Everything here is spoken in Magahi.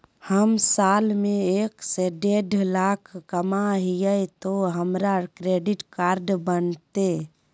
हम साल में एक से देढ लाख कमा हिये तो हमरा क्रेडिट कार्ड बनते?